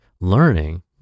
learning